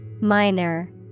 Minor